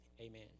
Amen